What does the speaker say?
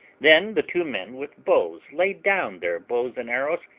then the two men with bows laid down their bows and arrows,